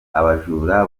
abajura